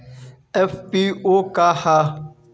FPO का ह?